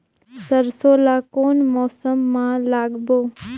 सरसो ला कोन मौसम मा लागबो?